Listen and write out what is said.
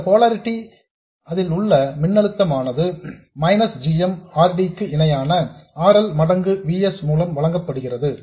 இந்த போலரிடி ல் உள்ள மின்னழுத்தமானது minus g m R D க்கு இணையான R L மடங்கு V s மூலம் வழங்கப்படுகிறது